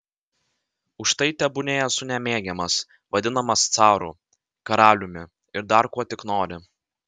už tai tebūnie esu nemėgiamas vadinamas caru karaliumi ir dar kuo tik nori